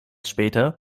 später